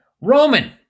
Roman